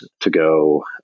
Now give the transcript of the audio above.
to-go